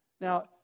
Now